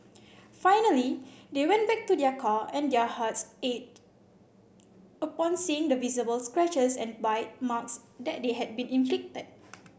finally they went back to their car and their hearts ached upon seeing the visible scratches and bite marks that had been inflicted